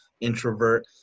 introvert